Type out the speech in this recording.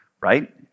right